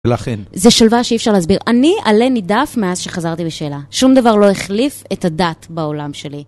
לכן. זה שלווה שאי אפשר להסביר. אני עלה נידף מאז שחזרתי בשאלה. שום דבר לא החליף את הדת בעולם שלי.